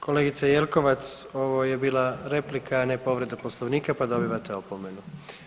Kolegice Jekovac, ovo je bila replika, a ne povreda Poslovnika pa dobivate opomenu.